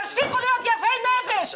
תפסיקו להיות יפי נפש,